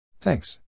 Thanks